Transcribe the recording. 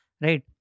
right